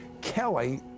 Kelly